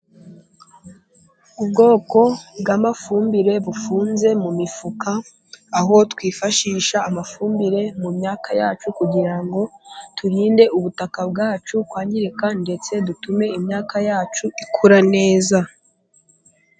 Ubwoko bw'amafumbire bufunze mu mifuka aho twifashisha amafumbire mu myaka yacu kugira turinde ubutaka bwacu kwangirika ndetse dutume imyaka yacu ikura neza.